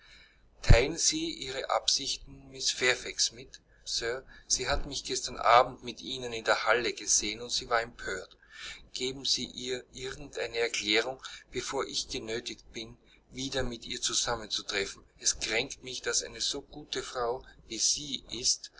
teilen sie ihre absichten mrs fairfax mit sir sie hat mich gestern abend mit ihnen in der halle gesehen und sie war empört geben sie ihr irgend eine erklärung bevor ich genötigt bin wieder mit ihr zusammenzutreffen es kränkt mich daß eine so gute frau wie sie ist